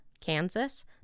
Kansas